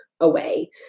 away